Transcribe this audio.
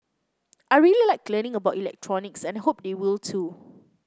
I really like learning about electronics and I hope they will too